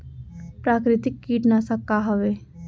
प्राकृतिक कीटनाशक का हवे?